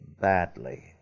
badly